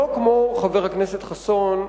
שלא כמו חבר הכנסת חסון,